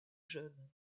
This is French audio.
jeune